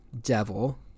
devil